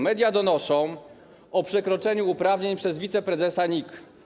Media donoszą o przekroczeniu uprawnień przez wiceprezesa NIK.